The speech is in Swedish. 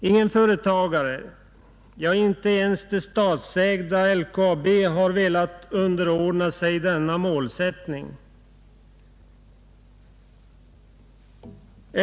Ingen enskild företagare, ja inte ens det statsägda LKAB, har velat underordna sig denna målsättning.